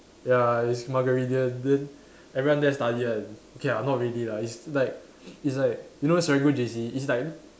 ya it's muggeridian then everyone there study one okay ah not really lah it's like it's like you know Serangoon J_C it's like